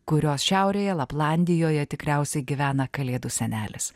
kurios šiaurėje laplandijoje tikriausiai gyvena kalėdų senelis